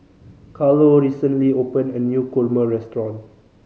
Carlo recently opened a new kurma restaurant